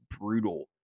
brutal